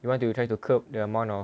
you want to try to curb the amount of